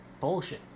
bullshit